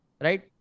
Right